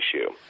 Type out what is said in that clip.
issue